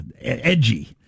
edgy